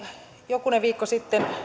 jokunen viikko sitten